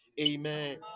Amen